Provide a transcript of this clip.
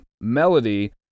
melody